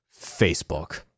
Facebook